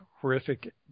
horrific